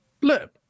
look